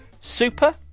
Super